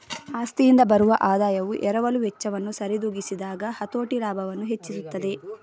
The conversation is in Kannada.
ಆಸ್ತಿಯಿಂದ ಬರುವ ಆದಾಯವು ಎರವಲು ವೆಚ್ಚವನ್ನು ಸರಿದೂಗಿಸಿದಾಗ ಹತೋಟಿ ಲಾಭವನ್ನು ಹೆಚ್ಚಿಸುತ್ತದೆ